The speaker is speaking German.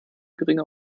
geringe